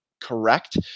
correct